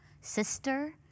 sister